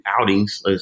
outings